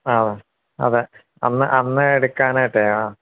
ആണ് അതെ അന്ന് അന്ന് എടുക്കാനായിട്ട് ആ